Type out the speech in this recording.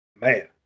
Man